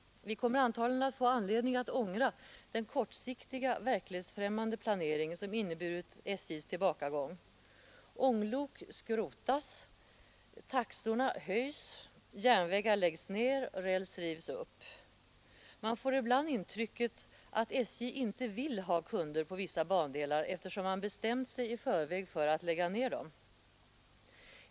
Vi kommer antagligen att få anledning att ångra den kortsiktiga, verklighetsfrämmande planering som inneburit SJ:s tillbakagång. Ånglok skrotas, taxorna höjs, järnvägar läggs ned, räls rivs upp. Man får ibland intrycket att SJ inte vill ha kunder på vissa bandelar eftersom SJ i förväg bestämt sig för att lägga ned dem.